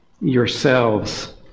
yourselves